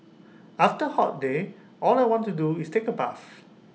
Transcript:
after A hot day all I want to do is take A bath